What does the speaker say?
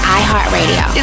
iHeartRadio